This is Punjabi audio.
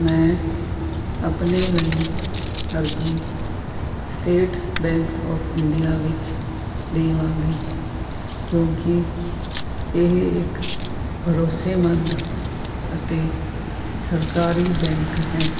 ਮੈਂ ਆਪਣੇ ਲਈ ਅਰਜੀ ਸਟੇਟ ਬੈਂਕ ਆਫ ਇੰਡੀਆ ਵਿੱਚ ਦੇਵਾਂਗੀ ਕਿਉਂਕਿ ਇਹ ਇੱਕ ਭਰੋਸੇਮੰਦ ਅਤੇ ਸਰਕਾਰੀ ਬੈਂਕ ਹੈ